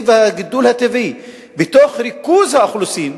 והגידול הטבעי בתוך ריכוז האוכלוסין,